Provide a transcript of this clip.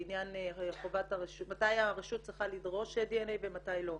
לעניין מתי הרשות צריכה לדרוש דנ"א ומתי לא.